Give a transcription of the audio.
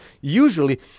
usually